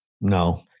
No